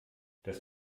das